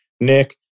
nick